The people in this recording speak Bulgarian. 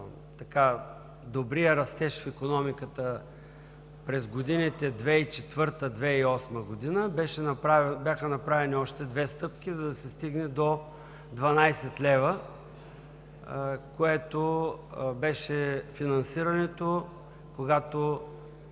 добрият растеж в икономиката през годините 2004 – 2008 г., бяха направени още две стъпки, за да се стигне до 12 лв., което беше финансирането, когато